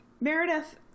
meredith